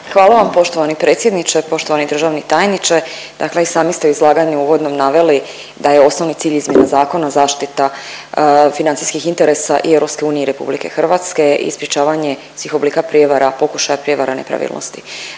Hvala vam poštovani predsjedniče. Poštovani državni tajniče, dakle i sami ste u izlaganju uvodnom naveli da je osnovni cilj izmjena zakona zaštita financijskih interesa i EU i RH i sprječavanje svih oblika prijevara, pokušaja prijevara i nepravilnosti.